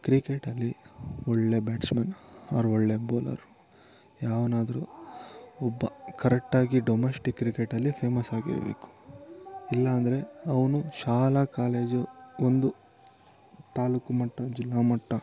ಕ್ರಿಕೆಟಲ್ಲಿ ಒಳ್ಳೆ batsman or ಒಳ್ಳೆ ಬೋಲರ್ ಯಾವನಾದರು ಒಬ್ಬ ಕರೆಟ್ಟಾಗಿ ಡೊಮೆಸ್ಟಿಕ್ ಕ್ರಿಕೆಟಲ್ಲಿ ಫೇಮಸ್ಸಾಗಿರಬೇಕು ಇಲ್ಲ ಅಂದರೆ ಅವನು ಶಾಲಾ ಕಾಲೇಜು ಒಂದು ತಾಲೂಕು ಮಟ್ಟ ಜಿಲ್ಲಾ ಮಟ್ಟ